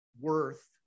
worth